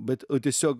bet tiesiog